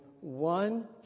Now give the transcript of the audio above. one